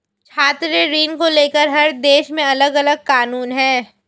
छात्र ऋण को लेकर हर देश में अलगअलग कानून है